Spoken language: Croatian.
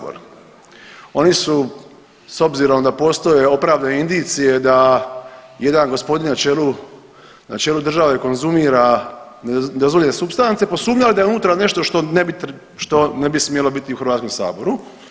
Oni su s obzirom da postoje opravdane indicije da jedan gospodin na čelu države konzumira nedozvoljene supstance posumnjali da je unutra nešto što ne bi smjelo biti u Hrvatskom saboru.